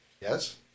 yes